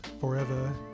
Forever